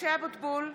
(קוראת בשמות חברי הכנסת) משה אבוטבול,